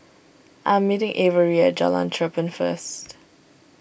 I am meeting Averi at Jalan Cherpen first